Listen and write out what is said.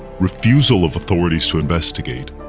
refusal of authorities to investigate,